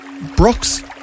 Brooks